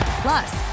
Plus